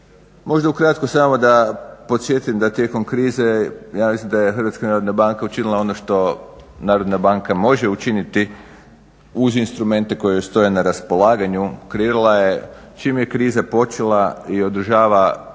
možda ukratko samo da podsjetim da tijekom krize ja mislim da je HNB učinila ono što narodna banka može učiniti uz instrumente koji joj stoje na raspolaganju, kreirala je čim je kriza počela i održava do